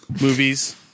movies